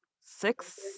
six